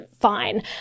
Fine